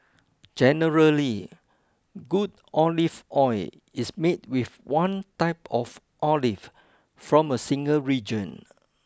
generally good olive oil is made with one type of olive from a single region